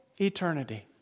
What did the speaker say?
eternity